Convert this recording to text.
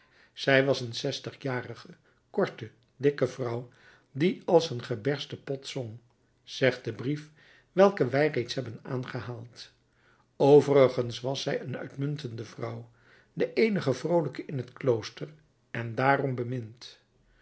zij was een zestigjarige korte dikke vrouw die als een gebersten pot zong zegt de brief welken wij reeds hebben aangehaald overigens was zij een uitmuntende vrouw de eenige vroolijke in het klooster en daarom bemind